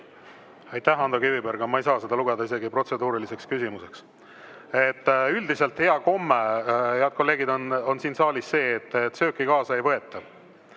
Aitäh, Ando Kiviberg! Ma ei saa seda lugeda isegi protseduuriliseks küsimuseks. Üldiselt hea komme, head kolleegid, on siin saalis see, et sööki kaasa ei võeta